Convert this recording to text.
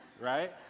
right